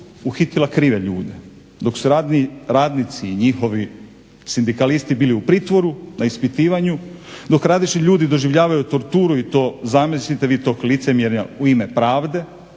uhitila krive ljude. Dok su radnjici i njihovi sindikalisti bili u pritvoru na ispitivanju, dok različiti ljudi doživljavaju torturu i to zamislite vi tog licemjerja u ime pravde